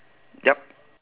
yup